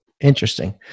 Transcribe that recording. Interesting